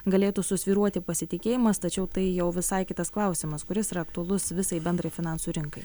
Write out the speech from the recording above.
galėtų susvyruoti pasitikėjimas tačiau tai jau visai kitas klausimas kuris yra aktualus visai bendrai finansų rinkai